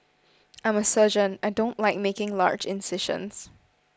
I'm a surgeon I don't like making large incisions